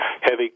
heavy